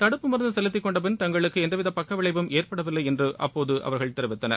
தடுப்பு மருந்து செலுத்திக் கொண்டபின் தங்களுக்கு எந்தவித பக்கவிளைவும் ஏற்படவில்லை என்று அப்போது அவர்கள் தெரிவித்தனர்